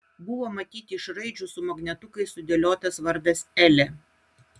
buvo matyti iš raidžių su magnetukais sudėliotas vardas elė